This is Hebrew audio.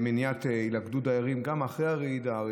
למניעת הילכדות דיירים גם אחרי הרעידה.